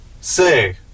Say